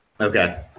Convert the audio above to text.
Okay